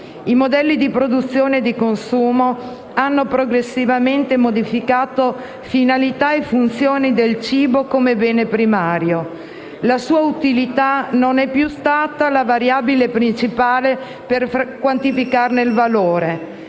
I modelli di produzione e di consumo hanno progressivamente modificato finalità e funzioni del cibo come bene primario. La sua utilità non è più stata la variabile principale di quantificazione del valore